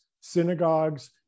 synagogues